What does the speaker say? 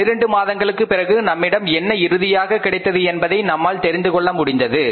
12 மாதங்களுக்கு பிறகு நம்மிடம் என்ன இறுதியாக கிடைத்தது என்பதை நம்மால் தெரிந்துகொள்ள முடிந்தது